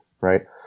right